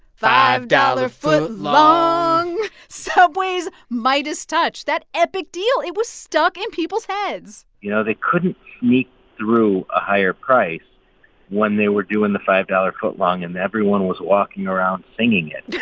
five-dollar footlong subway's midas touch that epic deal it was stuck in people's heads you know, they couldn't meet through a higher price when they were doing the five-dollar footlong and everyone was walking around singing it